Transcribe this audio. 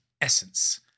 essence